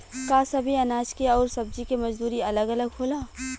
का सबे अनाज के अउर सब्ज़ी के मजदूरी अलग अलग होला?